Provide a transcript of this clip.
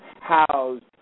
housed